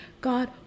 God